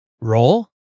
roll